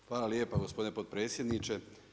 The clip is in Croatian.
Hvala lijepa gospodine potpredsjedniče.